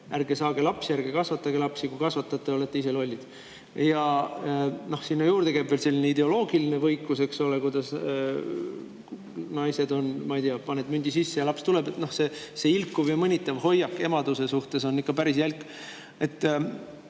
ärge saage lapsi, ärge kasvatage lapsi, kui kasvatate, olete ise lollid. Sinna juurde käib veel selline ideoloogiline võikus, eks ole, kuidas naised, ma ei tea, paned mündi sisse ja laps tuleb. See ilkuv ja mõnitav hoiak emaduse suhtes on ikka päris jälk.